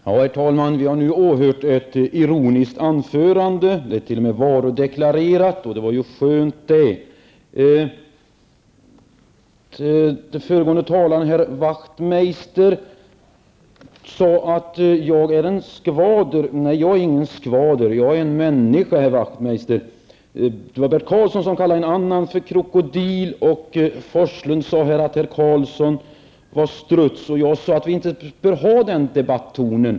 Herr talman! Vi har nu åhört ett ironiskt anförande. Det är t.o.m. varudeklarerat, och det var ju skönt. Föregående talare, herr Wachtmeister, sade att jag är en skvader. Nej, jag är ingen skvader, jag är en människa herr Wachtmeister. Bert Karlsson kallade en annan ledamot för krokodil, Bo Forslund sade att herr Karlsson var struts, och jag sade att vi inte bör ha den debattonen.